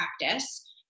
practice